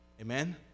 Amen